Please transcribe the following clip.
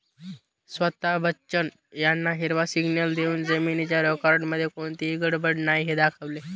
स्वता बच्चन यांना हिरवा सिग्नल देऊन जमिनीच्या रेकॉर्डमध्ये कोणतीही गडबड नाही हे दाखवले